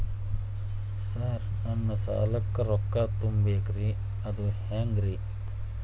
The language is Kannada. ಸರ್ ನನ್ನ ಸಾಲಕ್ಕ ರೊಕ್ಕ ತುಂಬೇಕ್ರಿ ಅದು ಹೆಂಗ್ರಿ?